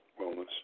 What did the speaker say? wellness